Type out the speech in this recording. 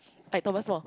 like Thomas-Wong